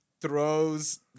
throws